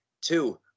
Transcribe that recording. two